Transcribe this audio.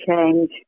change